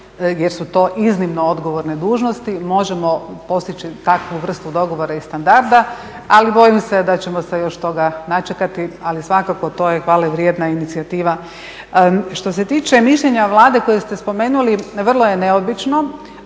jer su to iznimno odgovorne dužnosti, možemo postići takvu vrstu dogovora i standarda, ali bojim se da ćemo se još toga načekati, ali svakako to je hvalevrijedna inicijativa. Što se tiče mišljenja Vlade koje ste spomenuli, vrlo je neobično.